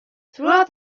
throughout